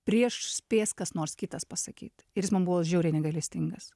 prieš spės kas nors kitas pasakyti ir jis man buvo žiauriai negailestingas